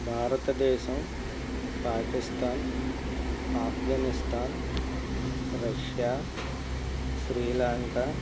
Bharatadesam Pakistan Afghanistan Russia Sri Lanka